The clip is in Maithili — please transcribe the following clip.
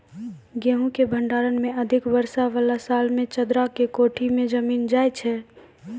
गेहूँ के भंडारण मे अधिक वर्षा वाला साल मे चदरा के कोठी मे जमीन जाय छैय?